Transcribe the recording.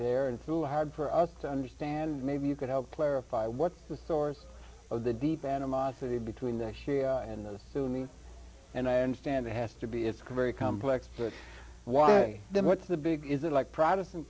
there and through hard for us to understand maybe you could help clarify what the source of the deep animosity between the shia and the sunni and i understand it has to be it's very complex for a while then what's the big is that like protestant